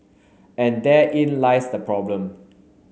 and therein lies the problem